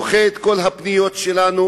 דוחה את כל הפניות שלנו,